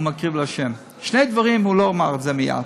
מקריב לה'; שני דברים הוא לא אמר מייד,